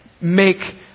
make